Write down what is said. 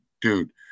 dude